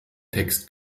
text